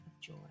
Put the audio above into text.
joy